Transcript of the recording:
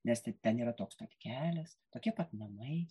nes ti ten yra toks pat kelias tokie pat namai